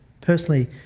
personally